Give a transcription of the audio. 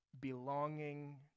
belonging